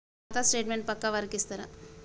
నా ఖాతా స్టేట్మెంట్ పక్కా వారికి ఇస్తరా?